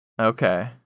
Okay